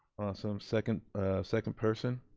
awesome, second second person.